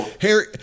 harry